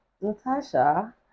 Natasha